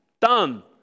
done